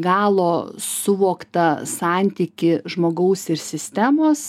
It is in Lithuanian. ne iki galo suvokta santykį žmogaus ir sistemos